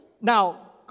Now